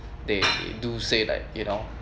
they do say like you know